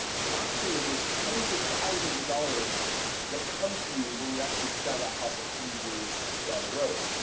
the last thing is there's tens of thousands of dollars that come to you when you actually sell that house a few years down the road.